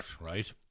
right